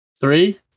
three